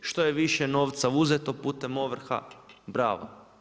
Što je više novca uzeto putem ovrha bravo.